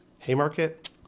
Haymarket